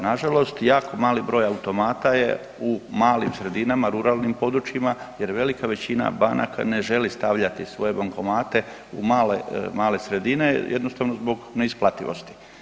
Nažalost, jako mali broj automata je u malim sredinama, ruralnim područjima, jer velika većina banaka ne želi stavljati svoje bankomate u male sredine, jednostavno zbog neisplativnosti.